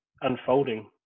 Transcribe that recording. unfolding